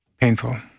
painful